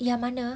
ya mana